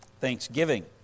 Thanksgiving